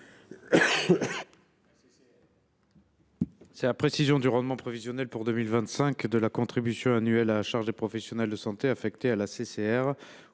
vise à préciser le rendement prévisionnel pour 2025 de la contribution annuelle à la charge des professionnels de santé affectée à la